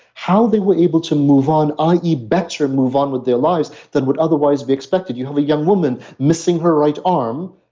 how they were able to move on i e. better move on with their lives than would otherwise be expected. you have a young woman missing her right arm,